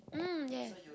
mm yes